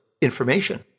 information